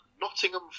Nottingham